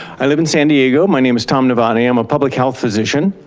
i live in san diego, my name is tom novotny. i'm a public health physician.